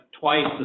twice